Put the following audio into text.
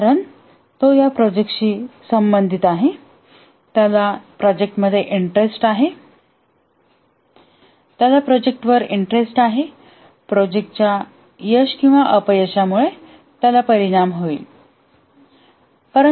कारण तो संबंधित आहे त्याला इंटरेस्ट आहे त्याला प्रोजेक्टवर इंटरेस्ट आहे प्रोजेक्ट च्या यश किंवा अपयशामुळे त्याला परिणाम होईल